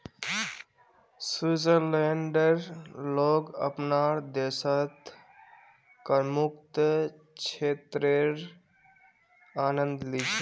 स्विट्जरलैंडेर लोग अपनार देशत करमुक्त क्षेत्रेर आनंद ली छेक